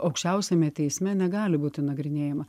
aukščiausiame teisme negali būti nagrinėjama